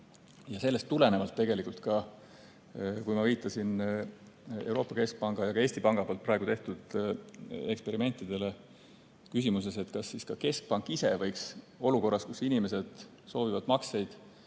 Sellest tulenevalt, kui ma viitasin Euroopa Keskpanga ja ka Eesti Panga praegu tehtud eksperimentidele küsimuses, kas ka keskpank ise võiks olukorras, kus inimesed soovivad makseid